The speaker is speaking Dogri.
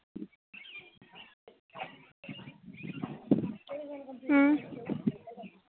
अ